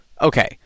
okay